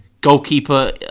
Goalkeeper